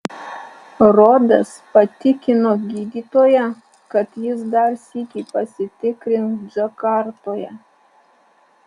rodas patikino gydytoją kad jis dar sykį pasitikrins džakartoje